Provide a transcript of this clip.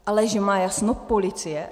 Ale že má jasno policie?